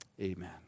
Amen